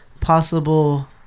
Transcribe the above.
possible